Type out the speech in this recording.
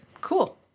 Cool